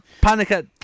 panic